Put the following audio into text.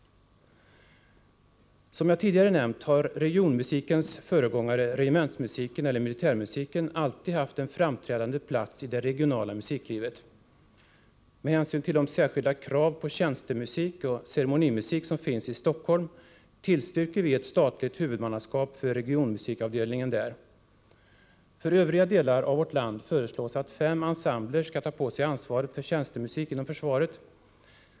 Som jag tidigare nämnt har regionmusikens föregångare, regementsmusiken eller militärmusiken, alltid haft en framträdande plats i det regionala musiklivet. Med hänsyn till de särskilda krav på tjänstemusik och ceremonimusik som finns i Stockholm tillstyrker vi ett statligt huvudmannaskap för regionmusikavdelningen där. För övriga delar av vårt land föreslås, att fem ensembler skall ta på sig ansvaret för tjänstemusik inom försvaret.